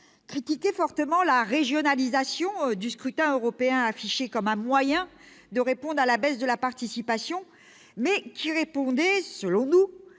critiqué fortement la régionalisation du scrutin européen, affichée comme un moyen de répondre à la baisse de la participation, mais qui répondait, selon nous,